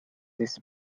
this